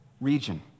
region